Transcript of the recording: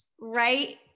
right